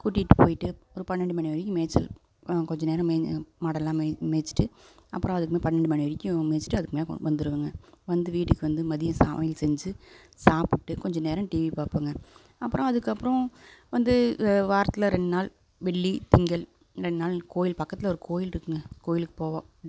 கூட்டிட்டு போய்ட்டு ஒரு பன்னெண்டு மணி வரைக்கும் மேய்ச்சல் கொஞ்ச நேரம் மாடெல்லாம் மேய்ச்சிட்டு அப்புறம் அதுக்குன்னு பன்னெண்டு மணி வரைக்கும் மேய்ச்சிட்டு அதுக்கு மேலே வந்துடுவேங்க வந்து வீட்டுக்கு வந்து மதியம் சமையல் செஞ்சு சாப்பிட்டு கொஞ்சம் நேரம் டிவி பார்ப்பேங்க அப்புறம் அதுக்கப்புறம் வந்து வாரத்தில் ரெண்டு நாள் வெள்ளி திங்கள் ரெண்டு நாள் கோவில் பக்கத்தில் ஒரு கோவில் இருக்குதுங்க கோவிலுக்கு போவோம்